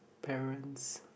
parents